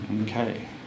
okay